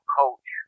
coach